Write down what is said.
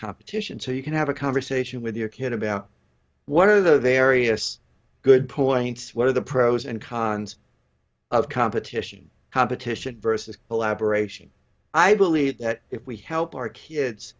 competition so you can have a conversation with your kid about what are the areas good points what are the pros and cons of competition competition versus collaboration i believe that if we help our kids